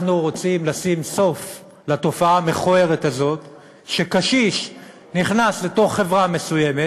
אנחנו רוצים לשים סוף לתופעה המכוערת הזאת שקשיש נכנס לחברה מסוימת,